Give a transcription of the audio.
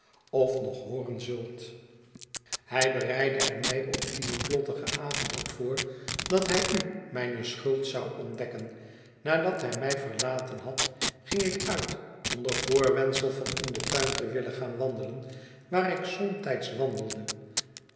of nog hooren zult hij bereidde er mij op dien noodlottigen avond op voor dat hij u mijne schuld zou ontdekken nadat hij mij verlaten had ging ik uit onder voorwendsel van in den tuin te willen gaan wandelen waar ik somtijds wandelde